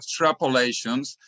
extrapolations